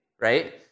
right